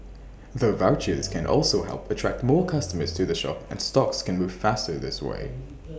the vouchers can also help attract more customers to the shop and stocks can move faster this way